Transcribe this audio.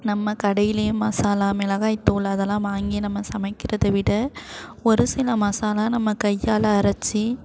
நம்ம கடையிலேயே மசாலா மிளகாய் தூள் அதெல்லாம் வாங்கி நம்ம சமைக்கிறத விட ஒரு சில மசாலா நம்ம கையால் அரைத்து